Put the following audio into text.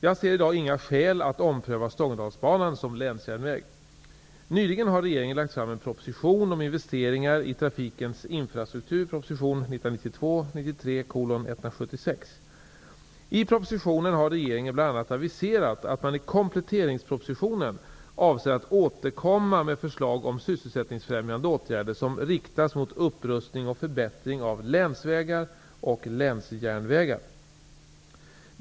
Jag ser i dag inga skäl till att ompröva Stångådalsbanan som länsjärnväg. Nyligen har regeringen lagt fram en proposition om investeringar i trafikens infrastruktur m.m. (prop. aviserat att man i kompletteringspropositionen avser att återkomma med förslag om sysselsättningsfrämjande åtgärder som riktas mot upprustning och förbättring av länsvägar och länsjärnvägar.